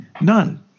none